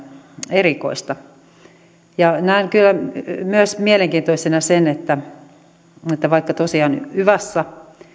erikoista näen kyllä myös mielenkiintoisena sen että vaikka tosiaan yvassa